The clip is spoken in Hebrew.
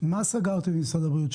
מה סגרתם עם משרד הבריאות?